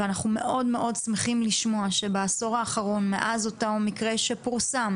ואנחנו מאוד שמחים לשמוע שבעשור האחרון מאז אותו מקרה שפורסם